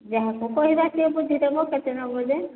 ଯାହାକୁ କହିବା ସେ ବୁଝି ଦେବ କେତେ ନେବ ଯେ